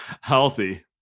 Healthy